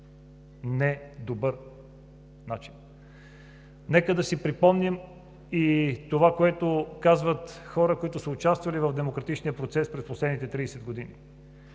недобър начин. Нека да си припомним и това, което казват хора, които са участвали в демократичния процес през последните 30 години